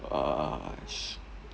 err